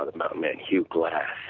and mountain man hugh glass,